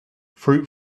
fruit